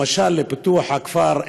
למשל פיתוח הכפר,